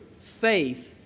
faith